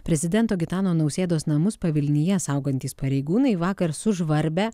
prezidento gitano nausėdos namus pavilnyje saugantys pareigūnai vakar sužvarbę